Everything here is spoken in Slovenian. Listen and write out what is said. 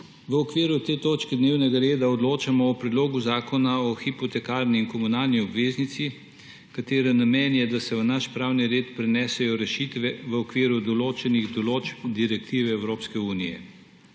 V okviru te točke dnevnega reda odločamo o Predlogu zakona o hipotekarni in komunalni obveznici, katere namen je, da se v pravni red prenesejo rešitve v okviru določenih določb direktive Evropske unije.